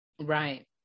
Right